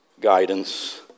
guidance